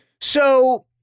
So-